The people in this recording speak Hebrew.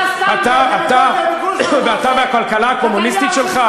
אתה והכלכלה הקומוניסטית שלך?